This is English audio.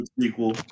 sequel